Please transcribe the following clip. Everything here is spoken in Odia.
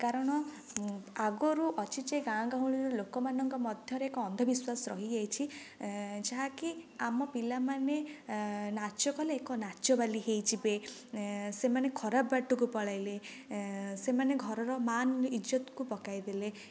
କାରଣ ଆଗରୁ ଅଛି ଯେ ଗାଁ ଗହଳିର ଲୋକମାନଙ୍କ ମଧ୍ୟରେ ଏକ ଅନ୍ଧବିଶ୍ୱାସ ରହି ଯାଇଛି ଯାହାକି ଆମ ପିଲାମାନେ ନାଚ କଲେ ଏକ ନାଚବାଲି ହୋଇଯିବେ ସେମାନେ ଖରାପ ବାଟକୁ ପଳାଇଲେ ସେମାନେ ଘରର ମାନ ଇଜ୍ଜତକୁ ପକାଇଦେଲେ